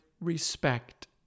respect